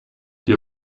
die